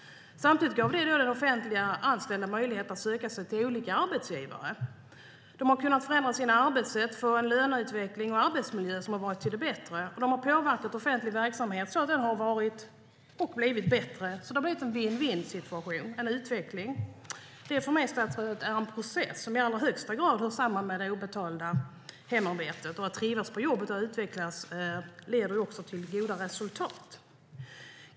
Samtidigt gav det de offentligt anställda möjlighet att söka sig till olika arbetsgivare. De har kunnat förändra sina arbetssätt och få en löneutveckling och arbetsmiljö som har varit bättre, och de har påverkat offentlig verksamhet så att den har blivit bättre, så det har varit en vinn-vinn-utveckling. Det är för mig, statsrådet, en process som i allra högsta grad hör samman med det obetalda hemarbetet. Att trivas på jobbet och att utvecklas leder också till goda resultat.